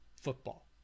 football